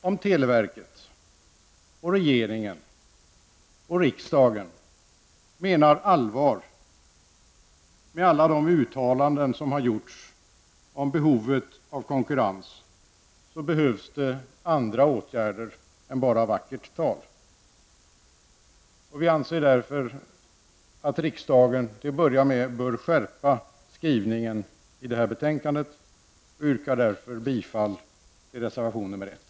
Om televerket, regeringen och riksdagen menar allvar med alla uttalanden om behovet av konkurrens, behövs andra åtgärder än bara vackert tal. Vi anser därför att riksdagen till att börja med bör skärpa skrivningen i detta betänkande. Jag yrkar därför bifall till reservation nr 1.